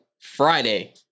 Friday